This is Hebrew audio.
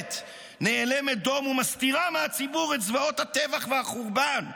התקשורת נאלמת דום ומסתירה מהציבור את זוועות הטבח והחורבן.